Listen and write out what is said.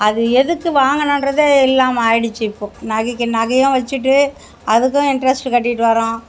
அது எதுக்கு வாங்குனோம்ன்றதே இல்லாமல் ஆகிடுச்சு இப்போது நகைக்கு நகையும் வச்சுட்டு அதுக்கும் இன்ட்ரெஸ்ட் கட்டிகிட்டு வரோம்